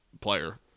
player